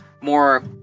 more